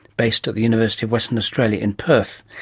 based at the university of western australia in perth.